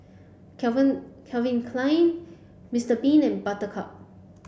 Calvin Calvin Klein Mr bean and Buttercup